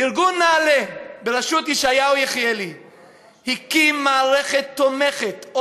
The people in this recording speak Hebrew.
ארגון נעל"ה בראשות ישעיהו יחיאלי הקים מערכת תומכת,